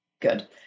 good